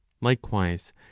likewise